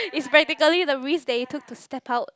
is practically the risk that you took to step out